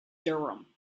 durham